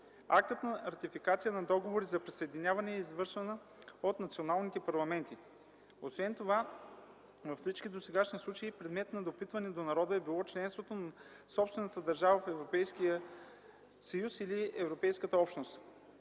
Актът на ратификацията на договори за присъединяване е извършван от националните парламенти. Освен това, във всички досегашни случаи предмет на допитване до народа е било членството на собствената държава в Европейската общност